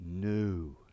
new